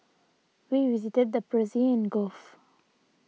we visited the Persian Gulf